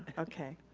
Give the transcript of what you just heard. okay.